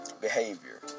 Behavior